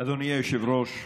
אדוני היושב-ראש,